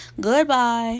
Goodbye